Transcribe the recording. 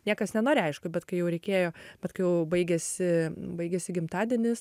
niekas nenori aišku bet kai jau reikėjo bet kai jau baigėsi baigėsi gimtadienis